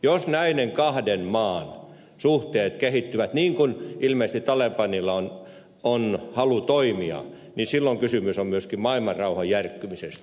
jos näiden kahden maan suhteet kehittyvät niin kuin ilmeisesti talebanilla on halu toimia niin silloin kysymys on myöskin maailmanrauhan järkkymisestä